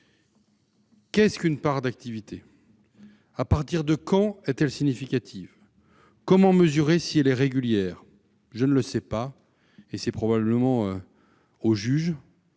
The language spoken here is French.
Qu'est-ce qu'une « part » d'activité ? À partir de quand est-elle « significative »? Comment mesurer si elle est « régulière »? Je ne le sais pas, et c'est probablement au juge